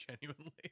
genuinely